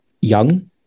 young